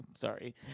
sorry